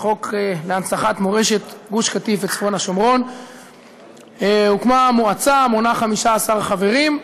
להנצחת מורשת גוש קטיף וצפון השומרון מועצה המונה 15 חברים,